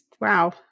wow